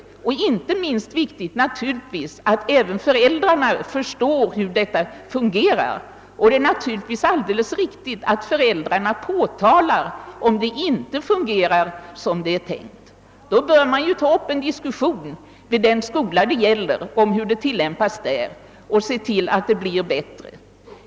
Det är också mycket viktigt att föräldrarna förstår hur systemet fungerar. Om föräldrarna påtalar att det inte fungerar på ett riktigt sätt bör man vid den skola det gäller ta upp en diskussion om tillämpningen av reglerna för betygsättningen och se till att förhållandena förbättras.